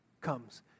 comes